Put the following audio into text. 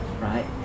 right